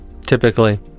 typically